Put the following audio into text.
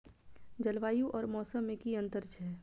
जलवायु और मौसम में कि अंतर छै?